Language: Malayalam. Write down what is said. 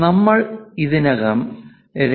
നമ്മൾ ഇതിനകം 2